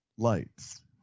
lights